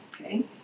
Okay